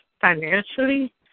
financially